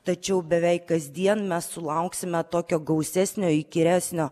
tačiau beveik kasdien mes sulauksime tokio gausesnio įkyresnio